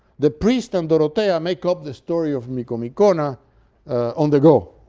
the priest and dorotea make up the story of micomicona on the go,